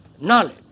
knowledge